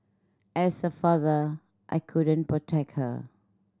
as a father I couldn't protect her